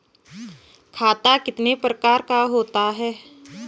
खाता कितने प्रकार का होता है?